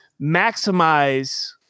maximize